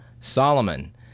Solomon